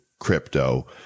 Crypto